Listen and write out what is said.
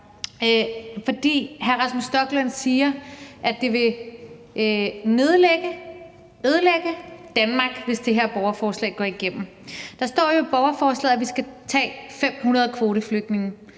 om. Hr. Rasmus Stoklund siger, at det vil nedlægge eller ødelægge Danmark, hvis det her borgerforslag går igennem. Der står i borgerforslaget, at vi skal tage 500 kvoteflygtninge,